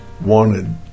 wanted